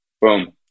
Boom